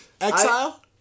Exile